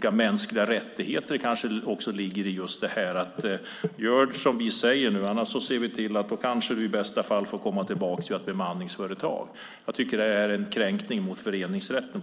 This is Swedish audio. Kanske ligger också frågan om mänskliga rättigheter i detta: Gör som vi säger nu, annars ser vi till att du i bästa fall får komma tillbaka via ett bemanningsföretag. Det här är en kränkning också av föreningsrätten.